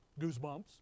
goosebumps